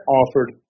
offered